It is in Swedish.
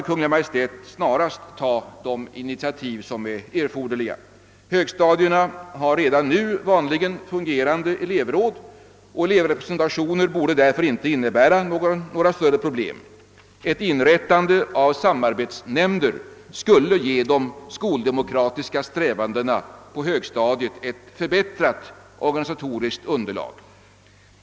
Kungl. Maj:t borde snarast ta de initiativ som är erforderliga härvidlag. Högstadierna har vanligen redan fungerande elevråd, och elevrepresentationer borde därför inte innebära några större problem. Ett inrättande av samarbetsnämnder skulle ge de skoldemokratiska strävandena på hög stadiet ett förbättrat organisatoriskt underlag.